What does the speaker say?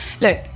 look